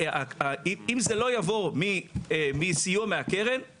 כי אם זה לא יבוא מסיוע מהקרן,